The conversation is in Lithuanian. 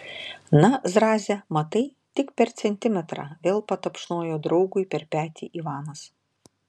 na zraze matai tik per centimetrą vėl patapšnojo draugui per petį ivanas